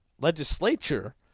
legislature